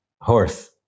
Horse